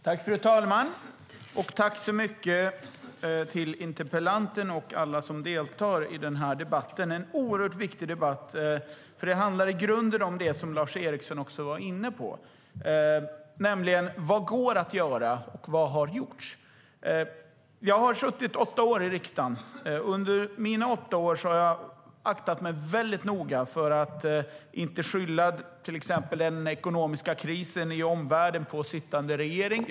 Fru talman! Tack så mycket, interpellanten och alla som deltar i den här debatten! Det är en oerhört viktig debatt, för det handlar i grunden om det som Lars Eriksson också var inne på, nämligen vad som går att göra och vad som har gjorts. Jag har suttit i riksdagen i åtta år. Under dessa åtta år har jag aktat mig väldigt noga för att skylla till exempel den ekonomiska krisen i omvärlden på sittande regering.